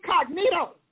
incognito